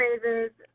phrases